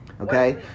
okay